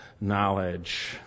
knowledge